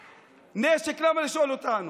נשק, למה לשאול אותנו?